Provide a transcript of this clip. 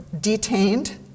detained